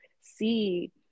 see